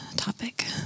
topic